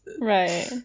right